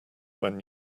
when